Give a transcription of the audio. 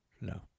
No